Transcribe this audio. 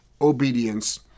obedience